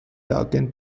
darken